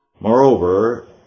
Moreover